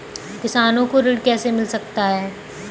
किसानों को ऋण कैसे मिल सकता है?